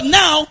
now